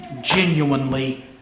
genuinely